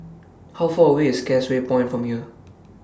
How Far away IS Causeway Point from here